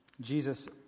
Jesus